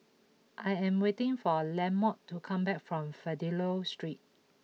I am waiting for Lamont to come back from Fidelio Street